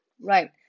right